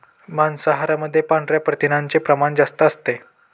मांसाहारामध्ये पांढऱ्या प्रथिनांचे प्रमाण जास्त असते